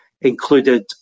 included